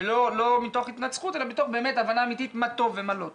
ולא מתוך התנצחות אלא מתוך באמת הבנה אמיתית מה טוב ומה לא טוב,